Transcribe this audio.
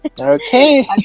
Okay